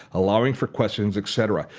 allowing for questions, etc,